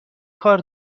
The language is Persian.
کار